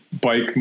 bike